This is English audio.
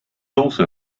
also